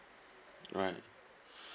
right